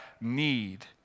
need